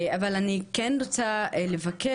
אבל אני כן רוצה לבקש,